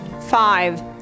Five